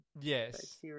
yes